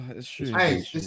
Hey